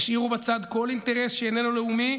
השאירו בצד כל אינטרס שאיננו לאומי,